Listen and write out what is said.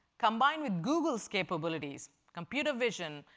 combined with google's capabilities computer vision,